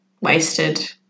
wasted